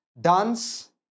dance